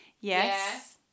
Yes